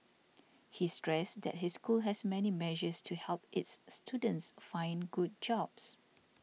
he stressed that his school has many measures to help its students find good jobs